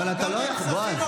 בועז,